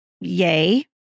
yay